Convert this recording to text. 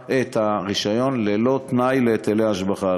הרישיון ללא קשר להיטלי השבחה.